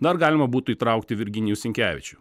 dar galima būtų įtraukti virginijų sinkevičių